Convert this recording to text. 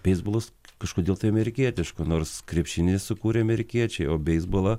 beisbolas kažkodėl tai amerikietiška nors krepšinį sukūrė amerikiečiai o beisbolą